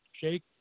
Jake